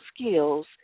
skills